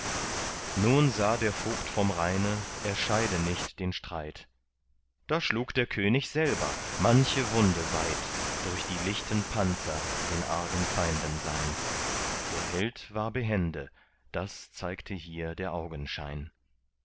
nun sah der vogt vom rheine er scheide nicht den streit da schlug der könig selber manche wunde weit durch die lichten panzer den argen feinden sein der held war behende das zeigte hier der augenschein